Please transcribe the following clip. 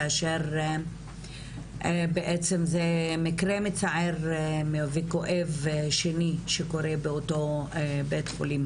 זה מקרה שני מצער וכואב שקורה באותו בית-חולים.